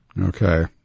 Okay